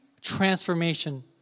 transformation